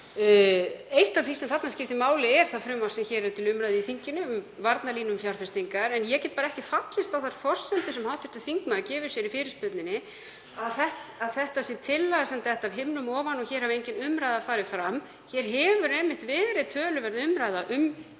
Eitt af því sem þar skiptir máli er það frumvarp sem hér er til umræðu í þinginu um varnarlínu um fjárfestingar. Ég get bara ekki fallist á þær forsendur sem hv. þingmaður gefur sér í fyrirspurninni, að þetta sé tillaga sem detti af himnum ofan og hér hafi engin umræða farið fram. Hér hefur einmitt verið töluverð umræða um